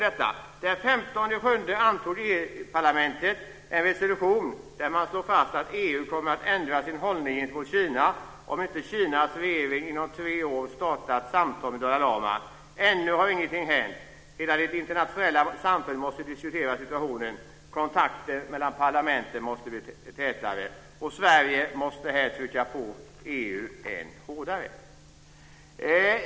Den 15 juli antog EU parlamentet en resolution där man slår fast att EU kommer att ändra sin hållning gentemot Kina om inte Kinas regering inom tre år startat samtal med Dalai lama. Ännu har ingenting hänt. Hela det internationella samfundet måste diskutera situationen. Kontakterna mellan parlamenten måste bli tätare. Sverige måste här trycka på EU än hårdare.